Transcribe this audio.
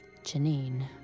Janine